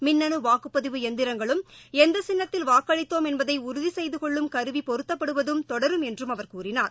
மின்னனு வாக்குப்பதிவு எந்திரங்களும் எந்த சின்னத்தில் வாக்களித்தோம் என்பதை உறுதி செய்து கொள்ளும் கருவி பொருத்தப்படுவதும் தொடரும் என்று அவர் கூறினார்